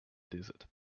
desert